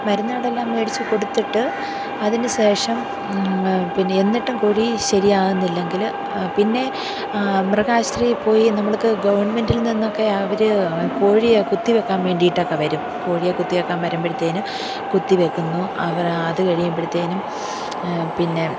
മരുന്നുകളെല്ലാം മേടിച്ചു കൊടുത്തിട്ട് അതിന് ശേഷം പിന്നെ എന്നിട്ടും കോഴി ശരിയാകുന്നില്ലെങ്കിൽ പിന്നെ മൃഗാശുപത്രിയിൽ പോയി നമ്മൾക്ക് ഗവൺമെൻറ്റിൽ നിന്നൊക്കെ അവർ കോഴിയെ കുത്തി വയ്ക്കാൻ വേണ്ടിയിട്ടൊക്കെ വരും കോഴിയെ കുത്തി വയ്ക്കാൻ വരുമ്പോഴത്തേക്കും കുത്തി വയ്ക്കുന്നു അവർ അത് കഴിയുമ്പോഴത്തേക്കും പിന്നെ